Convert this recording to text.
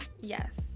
yes